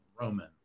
Roman